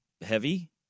heavy